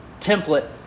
template